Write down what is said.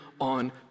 on